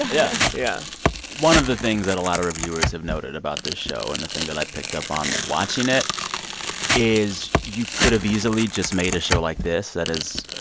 yeah yeah one of the things that a lot of reviewers have noted about this show and the thing that i picked up on watching it is, you could have easily just made a show like this that is,